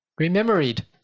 Rememoried